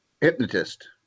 hypnotist